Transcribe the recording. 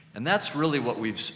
and that's really what we've